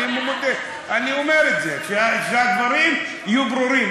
אני מודה, אני אומר את זה שהדברים יהיו ברורים.